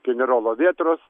generolo vėtros